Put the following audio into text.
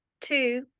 Two